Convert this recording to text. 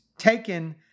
...taken